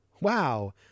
Wow